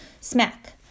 smack